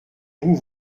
vous